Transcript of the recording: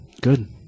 good